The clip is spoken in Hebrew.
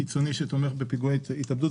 קיצוני שתומך בפיגועי התאבדות.